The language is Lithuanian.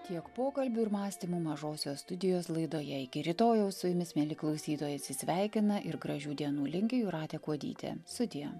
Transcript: tiek pokalbių ir mąstymų mažosios studijos laidoje iki rytojaus su jumis mieli klausytojai atsisveikina ir gražių dienų linki jūratė kuodytė sudie